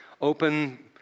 Open